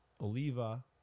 Oliva